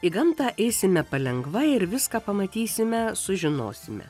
į gamtą eisime palengva ir viską pamatysime sužinosime